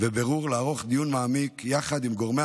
ברור לערוך דיון מעמיק יחד עם גורמי